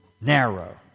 Narrow